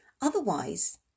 Otherwise